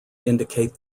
indicate